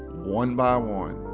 one by one.